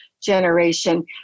generation